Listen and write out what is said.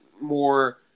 more